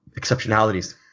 exceptionalities